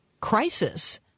crisis